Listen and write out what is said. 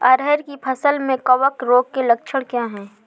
अरहर की फसल में कवक रोग के लक्षण क्या है?